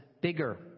bigger